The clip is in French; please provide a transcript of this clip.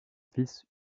fils